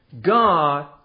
God